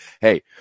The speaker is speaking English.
hey